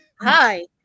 Hi